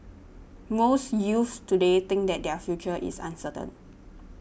most youths today think that their future is uncertain